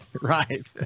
right